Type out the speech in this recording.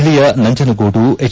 ಜಲ್ಲೆಯ ನಂಜನಗೂಡು ಎಚ್